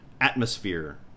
atmosphere